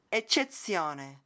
eccezione